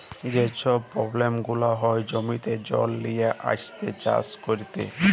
যে ছব পব্লেম গুলা হ্যয় জমিতে জল লিয়ে আইসে চাষ ক্যইরতে